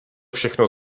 všechno